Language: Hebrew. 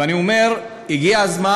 ואני אומר: הגיע הזמן.